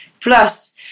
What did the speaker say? Plus